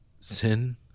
sin